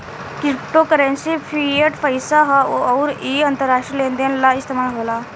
crypto currency fiat पईसा ह अउर इ अंतरराष्ट्रीय लेन देन ला इस्तमाल होला